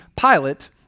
Pilate